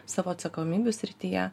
savo atsakomybių srityje